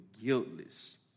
guiltless